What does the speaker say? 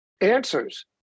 answers